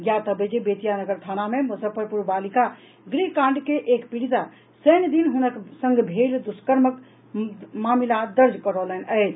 ज्ञातव्य अछि जे बेतिया नगर थाना मे मुजफ्फरपुर बालिका गृह कांड के एक पीड़िता शनि दिन हुनक संग भेल दुष्कर्मक दामिला दर्ज करौलनि अछि